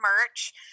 merch